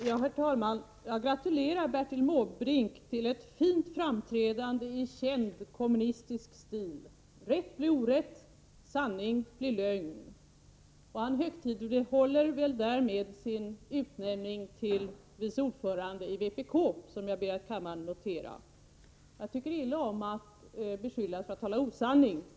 Herr talman! Jag gratulerar Bertil Måbrink till ett fint framträdande i känd kommunistisk stil: rätt blir orätt, sanning blir lögn. Han högtidlighåller väl därmed sin utnämning till vice ordförande i vpk, vilken jag ber kammaren notera. Jag tycker illa om att bli beskylld för att tala osanning.